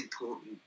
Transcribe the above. important